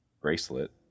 bracelet